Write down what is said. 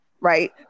right